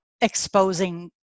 exposing